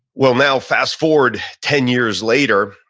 well now fast forward ten years later,